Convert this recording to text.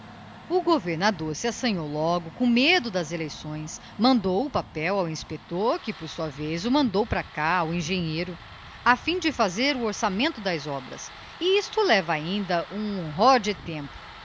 o governador se assanhou loíío com medo das eleições mandou o papel ao inspector que por sua vez o mandou para cá ao engenheiro a fim de fazer o orçamento das obras isto leva ainda um ror de tempo